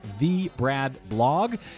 TheBradBlog